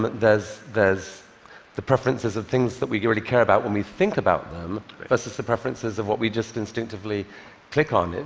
but there's there's the preferences of things that we really care about when we think about them versus the preferences of what we just instinctively click on.